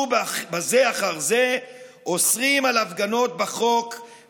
איזה דיוני עומק יש על כל פסיק ועל כל תג שאינם בכלל קשורים לסיפור